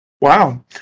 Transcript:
Wow